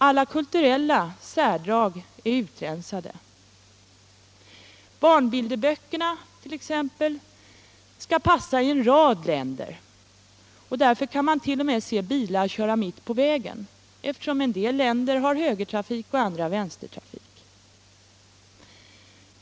Alla kulturella särdrag är utrensade. Barnbilderböckerna skall t.ex. passa i en rad länder. Därför kan man t.o.m. se bilar köra mitt på vägarna, eftersom en del länder har högeroch andra vänstertrafik.